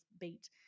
beat